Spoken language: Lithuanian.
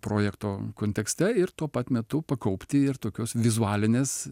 projekto kontekste ir tuo pat metu pakaupti ir tokios vizualinės